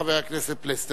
חבר הכנסת פלסנר.